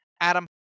Adam